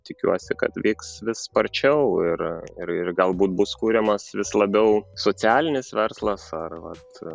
tikiuosi kad vyks vis sparčiau ir ir galbūt bus kuriamas vis labiau socialinis verslas ar vat